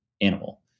animal